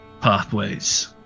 pathways